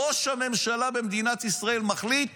ראש הממשלה במדינת ישראל מחליט